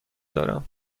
دارم